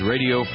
Radio